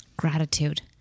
Gratitude